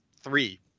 three